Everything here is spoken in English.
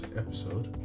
episode